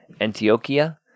Antioquia